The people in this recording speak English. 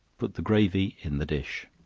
put the gravy in the dish.